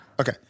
Okay